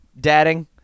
dadding